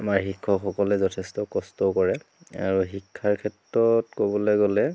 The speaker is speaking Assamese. আমাৰ শিক্ষকসকলে যথেষ্ট কষ্টও কৰে আৰু শিক্ষাৰ ক্ষেত্ৰত ক'বলৈ গ'লে